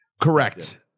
Correct